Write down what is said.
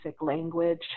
language